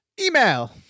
Email